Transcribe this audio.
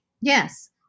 Yes